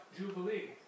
Jubilee